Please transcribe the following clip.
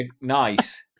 Nice